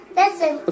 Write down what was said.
listen